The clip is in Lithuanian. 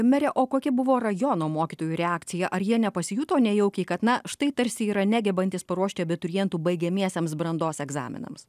mere o kokia buvo rajono mokytojų reakcija ar jie ne pasijuto nejaukiai kad na štai tarsi yra negebantys paruošti abiturientų baigiamiesiems brandos egzaminams